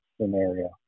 scenario